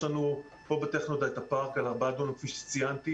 יש לנו פה בטכנודע את הפארק על ארבעה דונם כפי שציינתי.